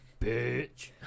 bitch